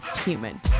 human